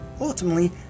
ultimately